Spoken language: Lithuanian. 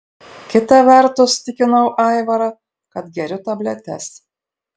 kita vertus tikinau aivarą kad geriu tabletes